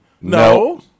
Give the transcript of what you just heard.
No